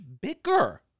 bigger